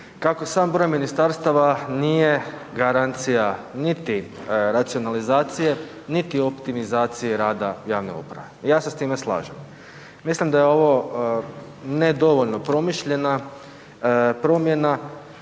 kako sam broj ministarstava nije garancija niti racionalizacije niti optimizacije rada javne uprave. Ja se s time slažem. Mislim da je ovo nedovoljno promišljena promjena